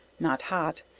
not hot,